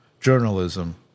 journalism